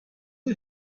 you